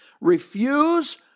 Refuse